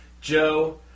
Joe